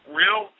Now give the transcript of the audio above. real